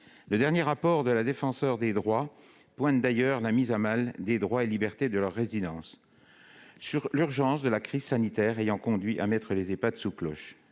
son dernier rapport, la Défenseure des droits pointe d'ailleurs la mise à mal des droits et libertés de leurs résidents, l'urgence de la crise sanitaire ayant conduit à mettre les Ehpad sous cloche.